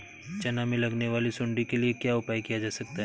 चना में लगने वाली सुंडी के लिए क्या उपाय किया जा सकता है?